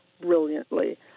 brilliantly